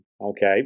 okay